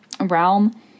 realm